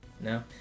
No